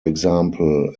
example